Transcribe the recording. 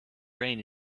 brain